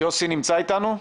יוסי נמצא איתנו?